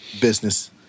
business